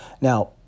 Now